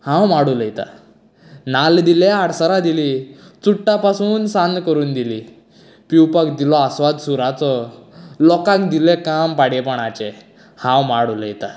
हांव माड उलयता नाल्ल दिलें आडसरां दिलीं चुट्टां पासून सान्न करून दिली पिवपाक दिलो आस्वाद सुराचो लोकांक दिल्लें काम पाडेपणाचें हांव माड उलयता